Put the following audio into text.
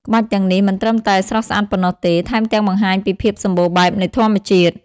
ក្បាច់ទាំងនេះមិនត្រឹមតែស្រស់ស្អាតប៉ុណ្ណោះទេ ថែមទាំងបង្ហាញពីភាពសម្បូរបែបនៃធម្មជាតិ។